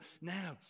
now